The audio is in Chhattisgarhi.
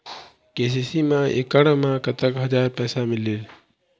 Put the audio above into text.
के.सी.सी मा एकड़ मा कतक हजार पैसा मिलेल?